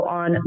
on